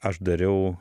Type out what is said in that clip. aš dariau